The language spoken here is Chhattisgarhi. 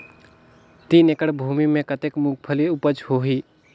तीन एकड़ भूमि मे कतेक मुंगफली उपज होही?